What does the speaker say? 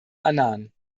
annan